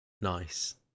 nice